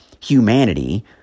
Humanity